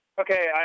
okay